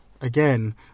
again